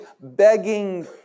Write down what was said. begging